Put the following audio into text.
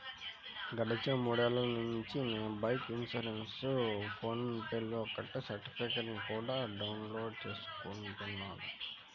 గడిచిన మూడేళ్ళ నుంచి నా బైకు ఇన్సురెన్సుని ఫోన్ పే లో కట్టి సర్టిఫికెట్టుని కూడా డౌన్ లోడు చేసుకుంటున్నాను